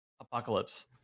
Apocalypse